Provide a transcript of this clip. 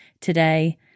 today